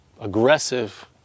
aggressive